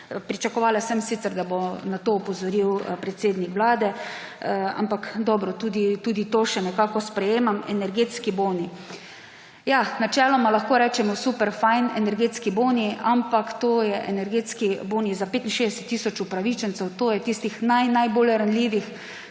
Pričakovala sem sicer, da bo na to opozoril predsednik Vlade, ampak dobro, tudi to še nekako sprejemam. Energetski boni. Ja, načeloma lahko rečemo – super, fino, energetski boni, ampak to so energetski boni za 65 tisoč upravičencev, to je tistih naj, najbolj ranljivih,